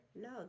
no